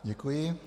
Děkuji.